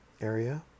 area